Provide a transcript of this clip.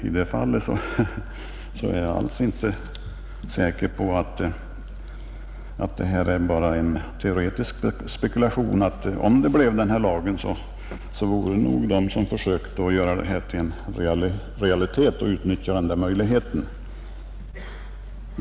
Jag är inte alls säker på att den möjligheten bara är en teoretisk spekulation. Om den här lagen skulle införas vore det säkert många som försökte göra realitet av denna spekulationsmöjlighet.